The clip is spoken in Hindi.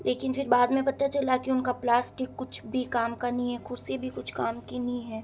लेकिन फिर बाद में पता चला कि उनका प्लास्टिक कुछ भी काम का नहीं है कुर्सी भी कुछ काम की नहीं है